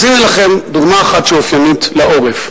אז הנה לכם דוגמה אחת שאופיינית לעורף.